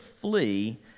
flee